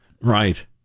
Right